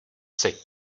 seď